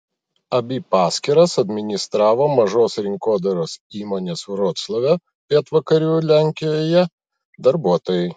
abi paskyras administravo mažos rinkodaros įmonės vroclave pietvakarių lenkijoje darbuotojai